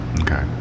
okay